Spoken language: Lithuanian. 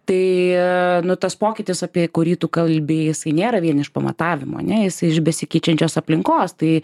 tai nu tas pokytis apie kurį tu kalbi jisai nėra vien iš pamatavimo ane jisai iš besikeičiančios aplinkos tai